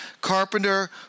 Carpenter